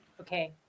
okay